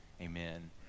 Amen